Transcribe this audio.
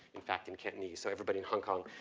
in fact, in cantonese. so everybody in hong kong,